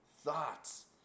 thoughts